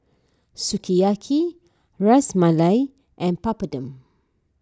Sukiyaki Ras Malai and Papadum